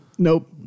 Nope